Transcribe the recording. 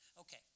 Okay